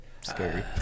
scary